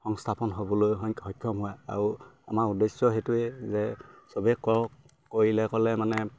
সংস্থাপন হ'বলৈ সক্ষম হোৱা আৰু আমাৰ উদ্দেশ্য সেইটোৱেই যে চবেই কৰক কৰিলে ক'লে মানে